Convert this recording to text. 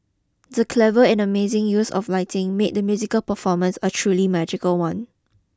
the clever and amazing use of lighting made the musical performance a truly magical one